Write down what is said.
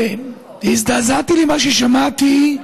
הזדעזעתי ממה ששמעתי,